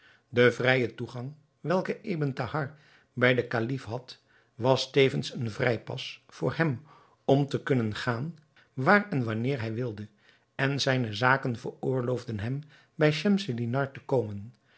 de vrije toegang welke ebn thahar bij den kalif had was tevens een vrijpas voor hem om te kunnen gaan waar en wanneer hij wilde en zijne zaken veroorloofden hem bij schemselnihar te komen